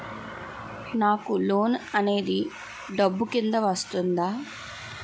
నాకు లోన్ అనేది డబ్బు కిందా వస్తుందా?